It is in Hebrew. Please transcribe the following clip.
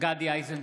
גדי איזנקוט,